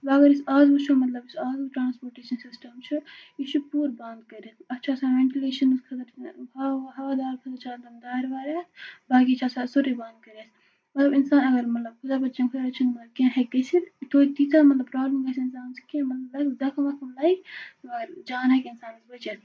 وۄنۍ اگرأسۍ آز وٕچھو مطلب یُس آزُک ٹرٛانٕسپوٹیشَن سِسٹَم چھُ یہِ چھُ پوٗرٕ بنٛد کٔرِتھ اَتھ چھُ آسان وٮ۪نٹِلیشنَس خٲطرٕ ہوا ہوادار خٲطرٕ چھِ آسان دارِ وارِ اَتھ باقٕے چھِ آسان اَتھ سورُے بنٛد کٔرِتھ مطلب اِنسان اگر مطلب خُدا بچٲیِنۍ خُدا رٔچھِنۍ کیٚنٛہہ ہٮ۪کہِ گٔژھِتھ تویتہِ تیٖژاہ مطلب پرٛابلِم گژھِ نہٕ اِنسانَس کیٚنٛہہ مطلب لَگہِ دَکہٕ وَکہٕ لگہِ مگر جان ہٮ۪کہِ اِنسانَس بٔچِتھ